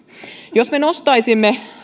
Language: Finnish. jos me nostaisimme